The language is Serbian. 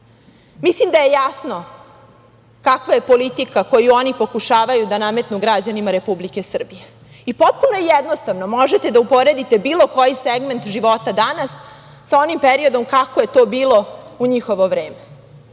tome? Mislim da je jasno kakva je politika koju oni pokušavaju da nametnu građanima Republike Srbije. Potpuno jednostavno i možete da uporedite bilo koji segmente života danas, sa onim periodom kako je to bilo u njihovo vreme.